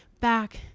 back